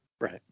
Right